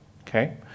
okay